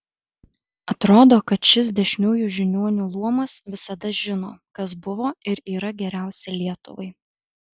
atrodo kad šis dešiniųjų žiniuonių luomas visada žino kas buvo ir yra geriausia lietuvai